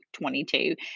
22